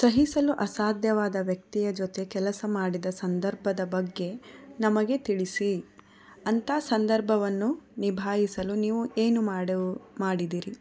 ಸಹಿಸಲು ಅಸಾಧ್ಯವಾದ ವ್ಯಕ್ತಿಯ ಜೊತೆ ಕೆಲಸ ಮಾಡಿದ ಸಂದರ್ಭದ ಬಗ್ಗೆ ನಮಗೆ ತಿಳಿಸಿ ಅಂಥ ಸಂದರ್ಬವನ್ನು ನಿಭಾಯಿಸಲು ನೀವು ಏನು ಮಾಡು ಮಾಡಿದಿರಿ